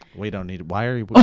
we don't need, why are we? but